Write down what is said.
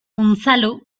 unzalu